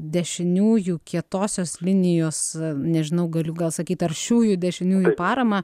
dešiniųjų kietosios linijos nežinau galiu gal sakyt aršiųjų dešiniųjų paramą